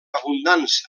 abundants